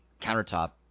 countertop